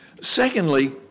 Secondly